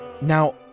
Now